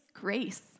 grace